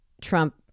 Trump